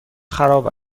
خراب